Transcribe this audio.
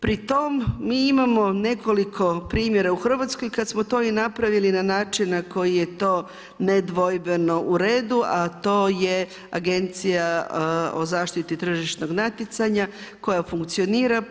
Pri tom mi imamo nekoliko primjera u Hrvatskoj kada smo to i napravili na način na koji je to nedvojbeno uredu, a to je Agencija o zaštiti tržišnog natjecanja koja funkcionira.